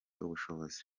ubushobozi